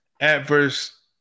adverse